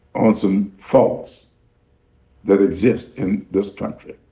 on some faults that exist in this country.